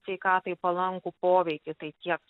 sveikatai palankų poveikį tai tiek